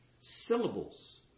syllables